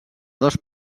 dos